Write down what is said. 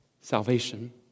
Salvation